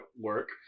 work